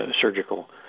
surgical